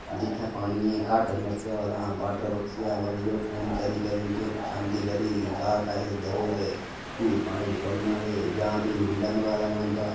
जित्थै पानिये दी घट्ट समस्या होऐ तां बाडरबकसिया मरी गे फोन करी करी उंदियां खशामदियां करी चार पैसे देओ ते फ्ही पानी छोड़ना ते जां फ्ही मुल्लें मंगाना पौंदा